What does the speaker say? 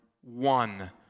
one